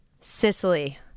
Sicily